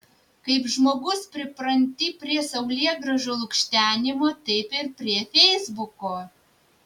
kaip žmogus pripranti prie saulėgrąžų lukštenimo taip ir prie feisbuko